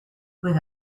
with